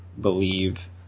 believe